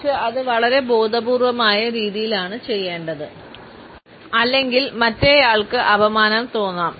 പക്ഷേ അത് വളരെ ബോധപൂർവമായ രീതിയിലാണ് ചെയ്യേണ്ടത് അല്ലെങ്കിൽ മറ്റേയാൾക്ക് അപമാനം തോന്നാം